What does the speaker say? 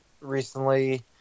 recently